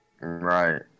right